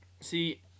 See